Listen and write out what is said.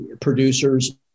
producers